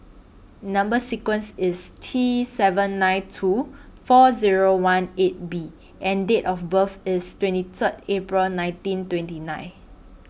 Number sequence IS T seven nine two four Zero one eight B and Date of birth IS twenty Third April nineteen twenty nine